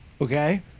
Okay